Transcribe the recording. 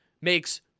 makes